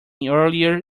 earlier